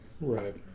Right